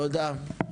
תודה.